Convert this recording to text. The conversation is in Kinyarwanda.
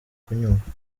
kunyumva